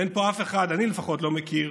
אין פה אף אחד, אני לפחות לא מכיר